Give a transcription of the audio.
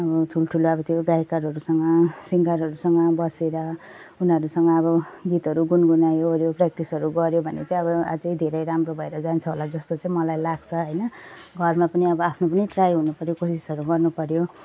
अब ठुल्ठुलो अब त्यो गायककारहरूसँग सिङ्गरहरूसँग बसेर उनीहरूसँग अब गीतहरू गुन्गुनायो अर्यो प्य्राक्टिसहरू गर्यो भने चाहिँ अब अझै धेरै राम्रो भएर जान्छ होला जस्तो चाहिँ मलाई लाग्छ होइन घरमा पनि अब आफ्नो पनि ट्राई हुनु पऱ्यो कोसिसहरू गर्नु पऱ्यो